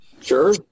Sure